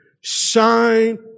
Shine